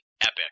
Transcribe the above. epic